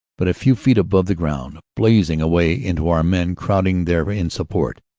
but a few feet above the ground, blazing away into our men, crowded there in sup port.